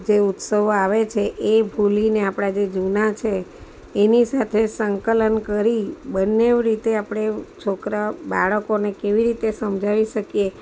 જે ઉત્સવો આવે છે એ ભૂલીને આપણા જે જૂના છે એની સાથે સંકલન કરી બંને રીતે આપણે છોકરા બાળકોને કેવી રીતે સમજાવી શકીએ